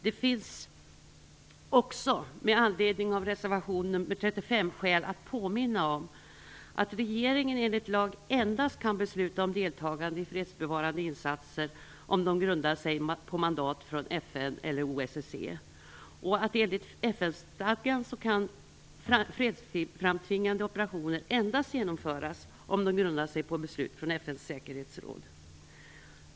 Det finns också med anledning av reservation nr 35 skäl att påminna om att regeringen enligt lag endast kan besluta om deltagande i fredsbevarande insatser om dessa grundar sig på mandat från FN eller OSSE och att enligt FN-stadgan fredsframtvingande operationer kan genomföras endast om de grundar sig på beslut från FN:s säkerhetsråd.